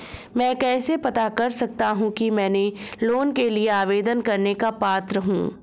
मैं कैसे पता कर सकता हूँ कि मैं लोन के लिए आवेदन करने का पात्र हूँ?